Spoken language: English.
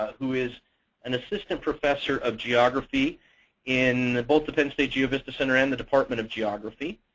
who is an assistant professor of geography in both the penn state geovista center and the department of geography.